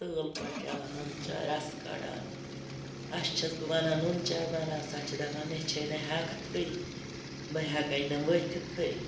اصل پٲٹھۍ چَوان نُن چاے رَسہٕ کَڑان ہَشہِ چھَس بہٕ وَنان نُن چاے بَناو سۄ چھِ دَپان مےٚ چھے نہٕ ہیٚکتھٕے بہٕ ہیٚکے نہٕ ؤتھِتھٕے